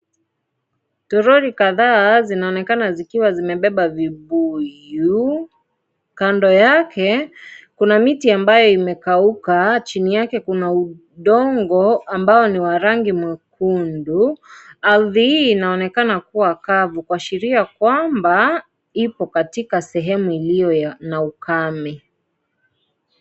Toroli kadhaa zinaonekana zikiwa zimebeba vibuyu, kando yake kuna miti ambayo imekauka chini, yake kuna udongo ambao ni wa rangi mwekundu, ardhi hii inaonekana kuwa kuashiria kwamba iko katika sehemu iliyo ya ukame.